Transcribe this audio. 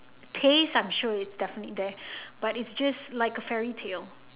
taste I'm sure it's definitely there but it's just like a fairytale